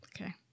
Okay